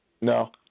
No